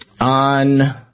on